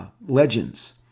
Legends